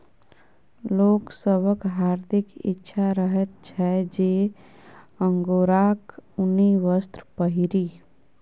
लोक सभक हार्दिक इच्छा रहैत छै जे अंगोराक ऊनी वस्त्र पहिरी